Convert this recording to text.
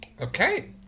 Okay